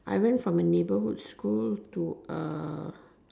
I went from a neighborhood school to uh